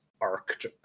arced